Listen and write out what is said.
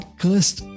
cursed